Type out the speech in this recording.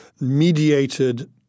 mediated